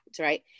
right